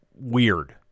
weird